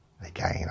Again